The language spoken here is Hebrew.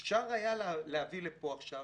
אפשר היה להביא לפה עכשיו